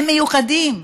הם מיוחדים.